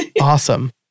awesome